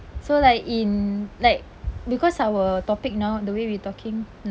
so like in like because our topic now the way we talking